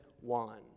one